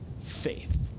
faith